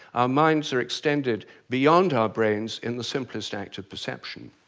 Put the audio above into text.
our minds are extended beyond our brains in the simplest act of perception.